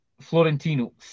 Florentino